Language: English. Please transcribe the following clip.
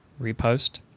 Repost